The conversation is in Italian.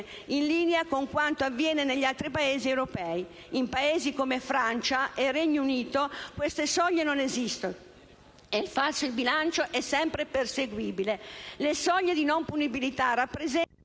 in linea con quanto avviene negli altri Paesi europei: in Paesi come Francia e Regno Unito, infatti, queste soglie non esistono, e il falso in bilancio è sempre perseguibile. Le soglie di non punibilità rappresentano